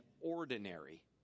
ordinary